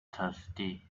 thirsty